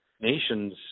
nations